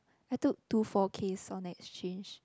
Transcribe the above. I took two forth case on next change